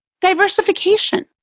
Diversification